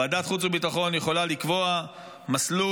ועדת החוץ והביטחון יכולה לקבוע מסלול,